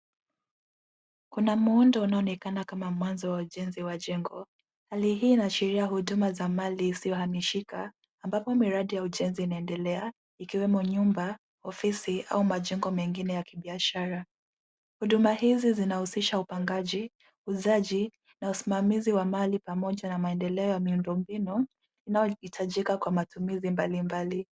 Kuna muundo unaoonekana kama mwanzo wa ujenzi wa jengo, hali hii inaashiria huduma za mali isiyohamishika, ambapo miradi ya ujenzi inaendelea, ikiwemo nyumba, ofisi, au majengo mengine ya kibiashara. Huduma hizi zinahusisha upangaji, uuzaji, na usimamizi wa mali pamoja na maendeleo ya miundombinu inayohitajika kwa matumizi mablimbali.